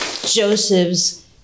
Joseph's